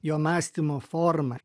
jo mąstymo formą